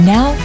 Now